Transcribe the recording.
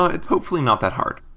ah it's hopefully not that hard.